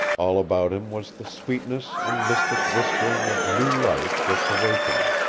all about him was the sweetness and mystic whispering of new life just awakening.